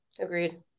Agreed